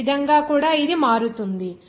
ఈ విధంగా కూడా ఇది మారుతుంది